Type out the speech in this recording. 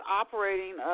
operating